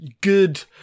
good